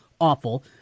awful